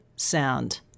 sound